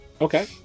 Okay